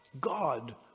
God